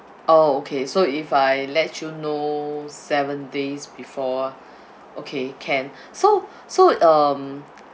oh okay so if I let you know seven days before okay can so so um